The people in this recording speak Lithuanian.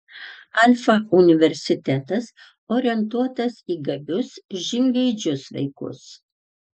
alfa universitetas orientuotas į gabius žingeidžius vaikus